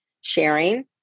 sharing